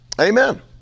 Amen